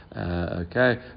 okay